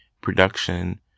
production